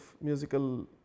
musical